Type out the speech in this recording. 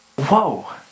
Whoa